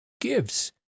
gives